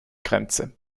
grenze